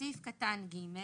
בסעיף קטן (ג)